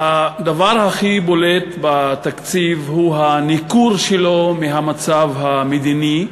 הדבר הכי בולט בתקציב הוא הניכור שלו מהמצב המדיני,